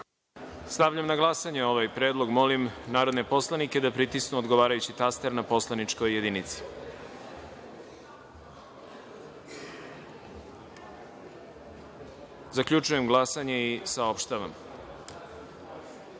na glasanje ovaj predlog. Molim narodne poslanike da pritisnu odgovarajući taster na poslaničkoj jedinici. Zaključujem glasanje i saopštavam: